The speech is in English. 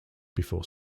before